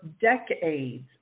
decades